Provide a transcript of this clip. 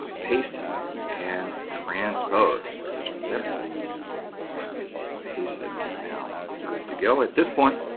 paste and transposed. there it is right there and it paste it. and we're now good to go at this point.